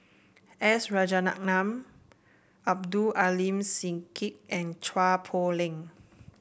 S Rajaratnam Abdul Aleem Siddique and Chua Poh Leng